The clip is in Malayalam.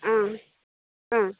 ആ ആ